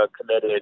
committed